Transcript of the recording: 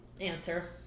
answer